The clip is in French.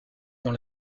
dans